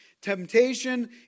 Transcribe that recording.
Temptation